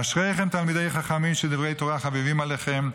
אשריכם, תלמידי חכמים, שדברי תורה חביבים עליכם.